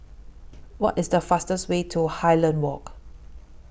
What IS The fastest Way to Highland Walk